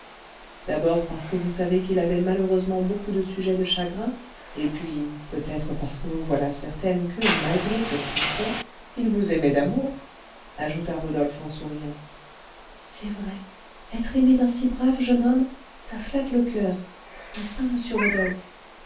d'abord parce que vous savez qu'il avait malheureusement beaucoup de sujets de chagrin et puis peut-être parce que vous voilà certaine que malgré cette tristesse il vous aimait d'amour ajouta rodolphe en souriant c'est vrai être aimée d'un si brave jeune homme ça flatte le coeur n'est-ce pas monsieur rodolphe